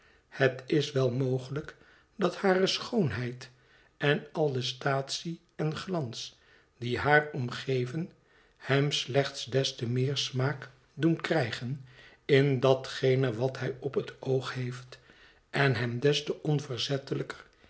het is wel mogelijk dat hare schoonheid en al de staatsie en glans die haar omgeven hem slechts des te meer smaak doen krijgen in datgene wat hij op het oog heeft en hem des te onverzettelijker